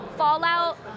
Fallout